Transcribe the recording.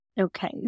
Okay